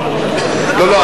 לא.